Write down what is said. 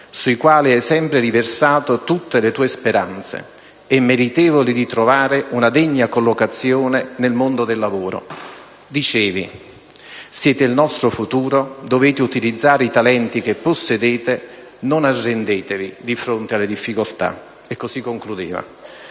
sui quali hai sempre riversato tutte le tue speranze e meritevoli di trovare una degna collocazione nel mondo del lavoro. Dicevi: "Siete il nostro futuro, dovete utilizzare i talenti che possedete, non arrendetevi di fronte alle difficoltà". Sento ancora